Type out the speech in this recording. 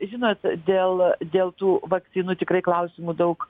žinot dėl dėl tų vakcinų tikrai klausimų daug